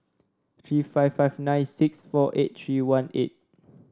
three five five nine six four eight three one eight